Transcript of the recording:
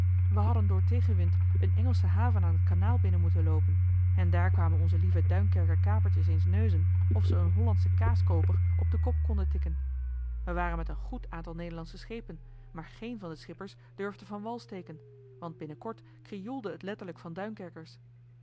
we hadden door tegenwind een engelsche haven aan t kanaal binnen moeten loopen en daar kwamen onze lieve duinkerker kapertjes eens neuzen of ze een hollandschen kaaskooper op den kop konden tikken we waren met een goed aantal nederlandsche schepen maar geen van de schippers durfde van wal steken joh h been paddeltje de scheepsjongen van michiel de ruijter want binnenkort krioelde het letterlijk van